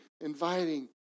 inviting